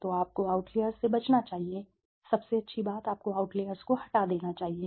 तो आपको आउटलेर्स से बचना चाहिए सबसे अच्छी बात आपको आउटलेर्स को हटा देना चाहिए